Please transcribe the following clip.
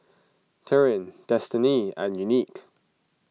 Tyrin Destiney and Unique